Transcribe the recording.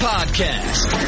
Podcast